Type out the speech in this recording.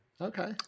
Okay